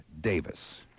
Davis